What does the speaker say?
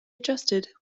adjusted